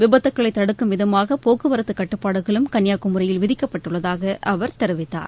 விபத்துகளை தடுக்கும் விதமாக போக்குவரத்து கட்டுப்பாடுகளும் கன்னியாகுமரியில் விதிக்கப்பட்டுள்ளதாக அவர் தெரிவித்தார்